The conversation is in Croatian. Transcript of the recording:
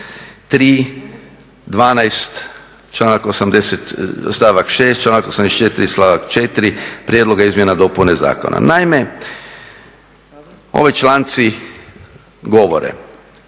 3., 12., članak 80. stavak 6., članak 84. stavak 4. prijedloga, izmjena, dopuna zakona. Naime, ovi članci govore,